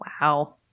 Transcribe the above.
Wow